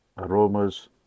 aromas